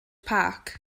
park